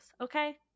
okay